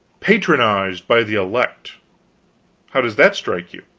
patronized by the elect how does that strike you?